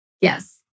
Yes